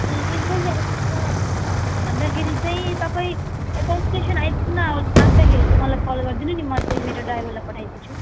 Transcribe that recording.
ए एक बजी आइपुग्छ भन्दाखेरि चाहिँ तपाईँ यता स्टेसन आइपुग्नु आँट्दाखेरि चाहिँ मलाई कल गरिदिनु नि म चाहिँ मेरो ड्राइभरलाई पठाइदिन्छु